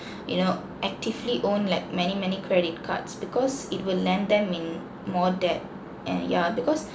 you know actively own like many many credit cards because it will land them in more debt and yeah because